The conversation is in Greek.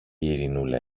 ειρηνούλα